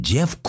Jeff